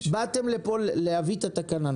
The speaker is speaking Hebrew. באתם לפה כדי להביא את התקנה.